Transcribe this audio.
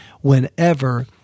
whenever